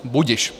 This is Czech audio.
Budiž.